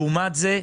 לעומת זאת,